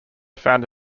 found